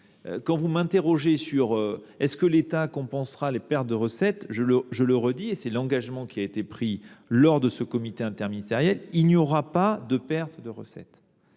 Vous me demandez si l’État compensera les pertes de recettes. Je le redis, et c’est l’engagement qui a été pris lors de ce comité interministériel, il n’y aura pas de pertes de recettes.